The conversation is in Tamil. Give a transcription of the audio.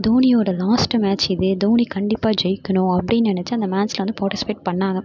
தோனியோட லாஸ்ட்டு மேட்ச் இது தோனி கண்டிப்பாக ஜெயிக்கணும் அப்படின்னு நினச்சி அந்த மேட்ச்சில் வந்து பார்ட்டிசிபேட் பண்ணிணாங்க